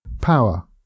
Power